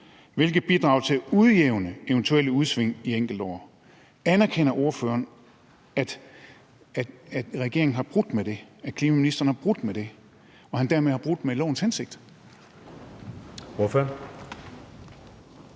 hvilket bidrager til at udjævne eventuelle udsving i enkeltår«. Anerkender ordføreren, at klimaministeren har brudt med det, og at han dermed har brudt med lovens hensigt?